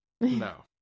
No